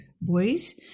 boys